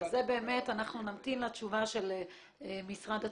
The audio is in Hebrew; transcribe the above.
בזה באמת אנחנו נמתין לתשובה של משרד התחבורה.